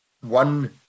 one